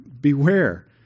beware